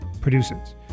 produces